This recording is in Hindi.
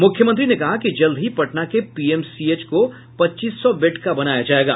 मुख्यमंत्री ने कहा कि जल्द ही पटना के पीएमसीएच अस्पताल को पच्चीस सौ बेड का बनाया जायेगा